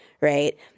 right